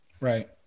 Right